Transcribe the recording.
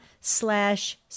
slash